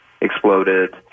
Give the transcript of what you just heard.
exploded